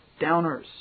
downers